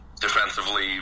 Defensively